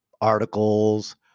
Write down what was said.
articles